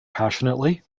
passionately